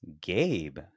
Gabe